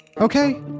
Okay